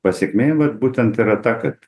pasekmė vat būtent yra ta kad